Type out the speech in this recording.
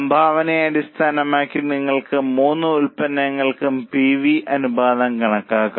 സംഭാവനയെ അടിസ്ഥാനമാക്കി നിങ്ങൾക്ക് മൂന്ന് ഉൽപ്പന്നങ്ങൾക്കും പി വി അനുപാതം കണക്കാക്കാം